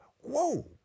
whoa